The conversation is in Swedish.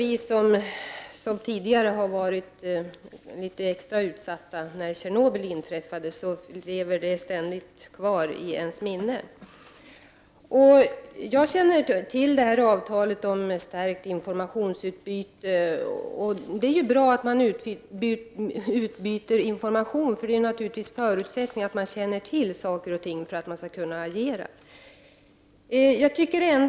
Vi har ju tidigare varit litet extra utsatta i och med Tjernobylolyckan, och den är ständigt kvar i ens minne. Jag känner till det avtal om stärkt informationsutbyte som nämns. Det är bra att man utbyter information, för förutsättningen för att man skall kunna agera är naturligtvis att man känner till saker och ting.